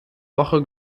woche